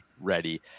ready